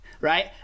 Right